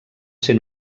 ser